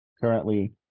currently